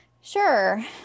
Sure